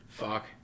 Fuck